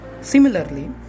Similarly